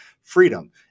freedom